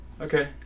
Okay